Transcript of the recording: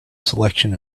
selection